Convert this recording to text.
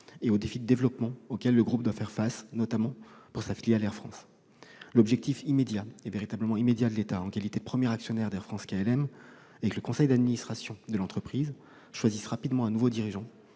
et de développement auxquels le groupe doit faire face, notamment pour sa filiale Air France. L'objectif immédiat de l'État, en qualité de premier actionnaire d'Air France-KLM, est que le conseil d'administration de l'entreprise choisisse rapidement un nouveau dirigeant,